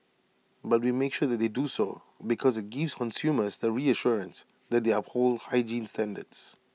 but we make sure that they do so because IT gives consumers the reassurance that they uphold hygiene standards